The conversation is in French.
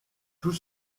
tout